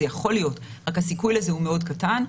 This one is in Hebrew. זה יכול להיות, אבל הסיכוי לזה הוא קטן מאוד.